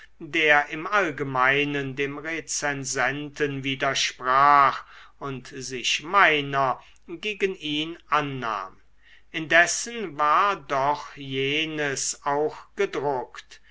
der im allgemeinen dem rezensenten widersprach und sich meiner gegen ihn annahm indessen war doch jenes auch gedruckt